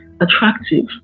attractive